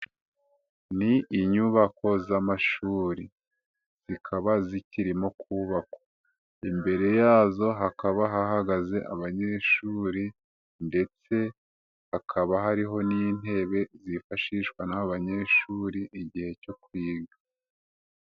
Ni inyubako z'amashuri zikaba zikirimo kubakwa imbere yazo hakaba hahagaze abanyeshuri ndetse hakaba hariho n'intebe zifashishwa n'aba banyeshuri igihe cyo kwiga.